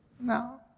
no